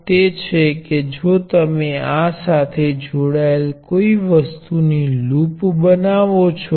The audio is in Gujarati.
જે કેટલાક મુળભૂત ખયાલો પરથી છે આ તમે પહેલાથી જાણો છો